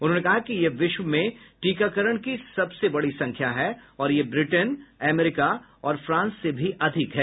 उन्होंने कहा कि यह विश्व में टीकाकरण की सबसे बड़ी संख्या है और यह ब्रिटेन अमेरिका और फ्रांस से भी अधिक है